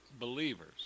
believers